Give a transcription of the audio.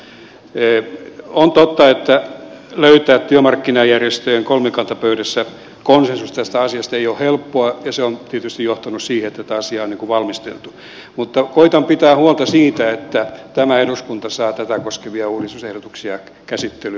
on totta että ei ole helppoa löytää työmarkkinajärjestöjen kolmikantapöydässä konsensusta tästä asiasta ja se on tietysti johtanut siihen että tätä asiaa on valmisteltu mutta koetan pitää huolta siitä että tämä eduskunta saa tätä koskevia uudistusehdotuksia käsittelyyn